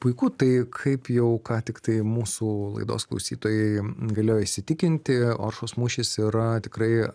puiku tai kaip jau ką tiktai mūsų laidos klausytojai galėjo įsitikinti oršos mūšis yra tikrai